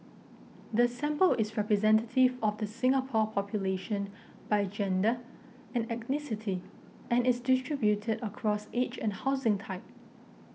the sample is representative of the Singapore population by gender and and is distributed across age and housing type